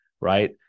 right